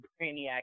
Braniac